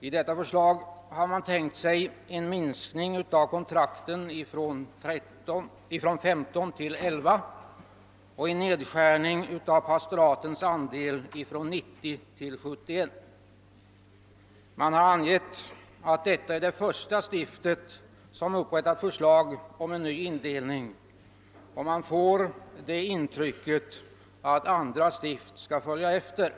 I det förslaget har man tänkt sig en minskning av antalet kontrakt från 15 till 11 och en nedskärning av antalet pastorat från 90 till 71. Det har angivits att detta är det första stift som upprättat förslag till ny indelning, och man får intrycket att andra stift skall följa efter.